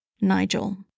Nigel